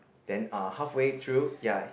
then uh halfway through ya